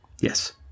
Yes